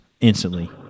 instantly